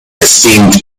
esteemed